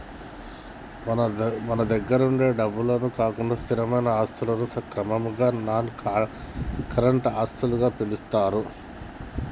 మన దగ్గరుండే డబ్బు కాకుండా స్థిరమైన ఆస్తులను క్రమంగా నాన్ కరెంట్ ఆస్తులుగా పిలుత్తారు